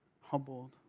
Humbled